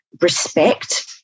respect